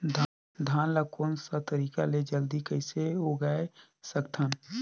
धान ला कोन सा तरीका ले जल्दी कइसे उगाय सकथन?